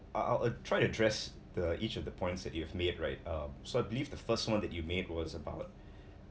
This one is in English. I I'll try to address the each of the points that you have made right uh so I believe the first one that you made was about